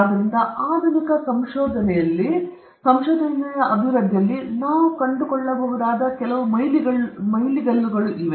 ಆದ್ದರಿಂದ ಆಧುನಿಕ ಸಂಶೋಧನೆಯ ಅಭಿವೃದ್ಧಿಯಲ್ಲಿ ನಾವು ಕಂಡುಕೊಳ್ಳಬಹುದಾದ ಕೆಲವು ಮೈಲಿಗಲ್ಲುಗಳು ಇವೆ